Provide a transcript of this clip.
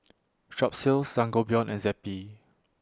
Strepsils Sangobion and Zappy